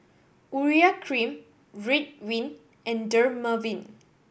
Urea Cream Ridwind and Dermaveen